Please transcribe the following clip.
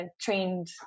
trained